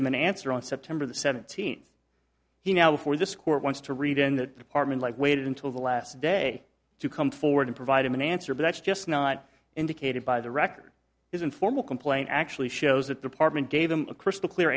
him an answer on september the seventeenth he now before this court wants to read in that department like waited until the last day to come forward and provide an answer but that's just not indicated by the record isn't formal complaint actually shows that department gave him a crystal clear